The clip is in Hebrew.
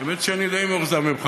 האמת שאני די מאוכזב ממך.